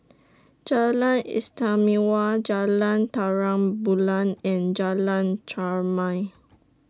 Jalan Istimewa Jalan Terang Bulan and Jalan Chermai